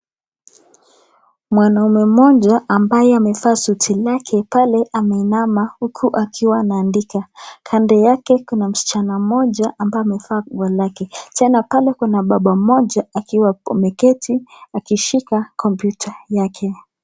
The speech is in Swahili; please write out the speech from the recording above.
Mwanaume mmoja ambaye amevaa suti lake pale ameinama huku akiwa anaandika, kando yake kuna msichana mmoja ambaye amevaa nguo lake tena pale kuna baba mmoja akiwa ameketi akishika kompyuta yake.